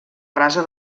rasa